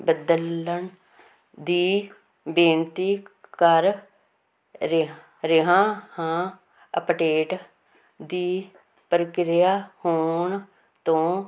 ਬਦਲਣ ਦੀ ਬੇਨਤੀ ਕਰ ਰ ਰਿਹਾ ਹਾਂ ਅਪਡੇਟ ਦੀ ਪ੍ਰਕਿਰਿਆ ਹੋਣ ਤੋਂ